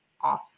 off